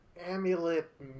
amulet